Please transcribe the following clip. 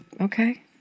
okay